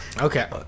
Okay